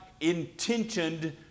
intentioned